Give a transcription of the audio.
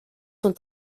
son